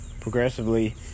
progressively